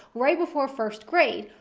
right before first grade.